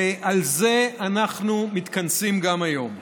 ועל זה אנחנו מתכנסים גם היום.